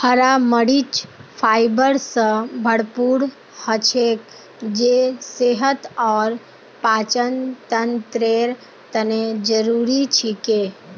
हरा मरीच फाइबर स भरपूर हछेक जे सेहत और पाचनतंत्रेर तने जरुरी छिके